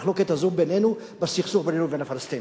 המחלוקת הזו בסכסוך בינינו ובין הפלסטינים.